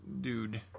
dude